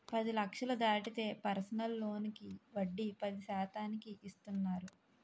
పది లక్షలు దాటితే పర్సనల్ లోనుకి వడ్డీ పది శాతానికి ఇస్తున్నారు